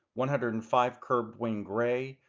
one hundred and five curved wing grey,